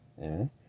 amen